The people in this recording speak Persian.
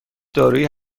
دارویی